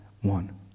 one